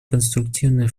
конструктивный